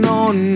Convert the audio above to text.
on